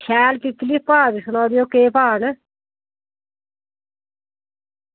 शैल पीपनी भाव बी सनाई ओड़ेओ केह् भाव न